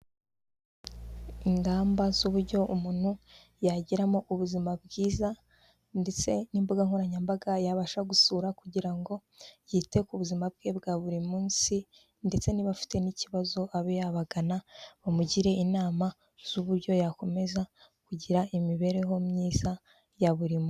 Ingamba z'uburyo umuntu yagiramo ubuzima bwiza ndetse n'imbuga nkoranyambaga, yabasha gusura kugira ngo yite ku buzima bwe bwa buri munsi ndetse niba afite n'ikibazo abe yabagana, bamugire inama z'uburyo yakomeza kugira imibereho myiza ya buri munsi.